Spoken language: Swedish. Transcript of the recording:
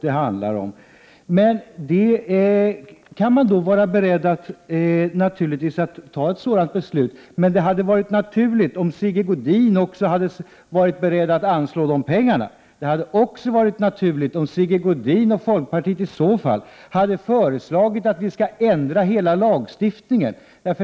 Man kan självfallet vara beredd att fatta ett sådant beslut, men det hade varit naturligt om Sigge Godin också hade varit beredd att anslå de pengar som behövs. Det hade också varit naturligt om Sigge Godin och folkpartiet i så fall hade föreslagit en ändring av hela lagstiftningen.